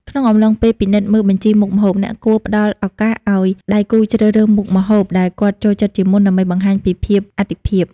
ក្នុងកំឡុងពេលពិនិត្យមើលបញ្ជីមុខម្ហូប អ្នកគួរផ្ដល់ឱកាសឱ្យដៃគូជ្រើសរើសមុខម្ហូបដែលគាត់ចូលចិត្តជាមុន ដើម្បីបង្ហាញពីភាពអាទិភាព។